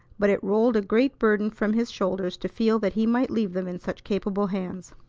but it rolled a great burden from his shoulders to feel that he might leave them in such capable hands.